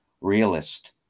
realist